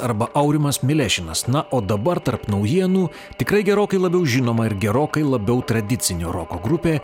arba aurimas milešinas na o dabar tarp naujienų tikrai gerokai labiau žinoma ir gerokai labiau tradicinio roko grupė